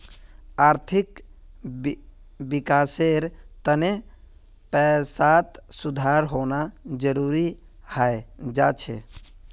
आर्थिक विकासेर तने पैसात सुधार होना जरुरी हय जा छे